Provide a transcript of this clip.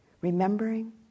remembering